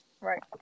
Right